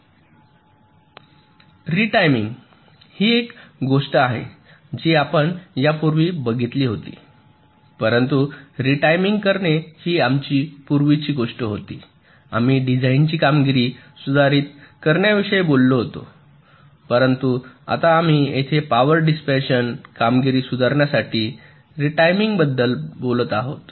retiming ही एक गोष्ट आहे जी आपण यापूर्वी बघितली होती परंतु रीटायमिंग करणे ही आमची पूर्वीची गोष्ट होती आम्ही डिझाइनची कामगिरी सुधारित करण्याविषयी बोललो होतो परंतु आता आम्ही येथे पॉवर डिसिपॅशन कामगिरी सुधारण्यासाठी रिटायमिंगबद्दल बोलत आहोत